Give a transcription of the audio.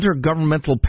Intergovernmental